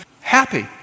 happy